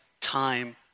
time